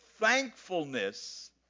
thankfulness